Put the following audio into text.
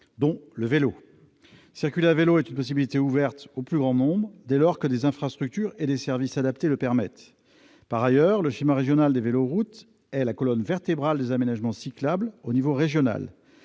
dont le vélo. Circuler à vélo est une possibilité ouverte au plus grand nombre, dès lors que des infrastructures et des services adaptés le permettent. Le schéma régional des véloroutes est la colonne vertébrale des aménagements cyclables au niveau régional.